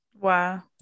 Wow